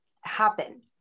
happen